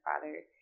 father